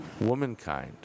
Womankind